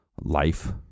life